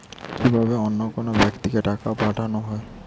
কি ভাবে অন্য কোনো ব্যাক্তিকে টাকা পাঠানো হয়?